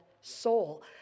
soul